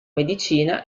medicina